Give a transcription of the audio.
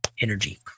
energy